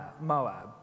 Moab